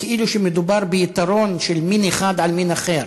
כאילו שמדובר ביתרון של מין אחד על מין אחר.